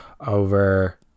over